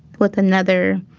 with another